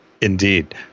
indeed